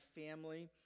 family